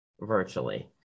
virtually